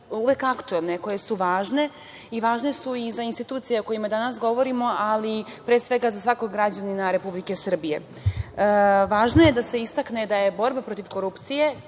uvek aktuelne, koje su važne. Važne su za institucije o kojima danas govorimo, ali pre svega za svakog građanina Republike Srbije. Važno je da se istakne da je borba protiv korupcije